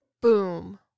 boom